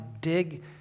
dig